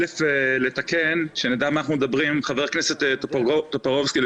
חבר הכנסת טופורובסקי,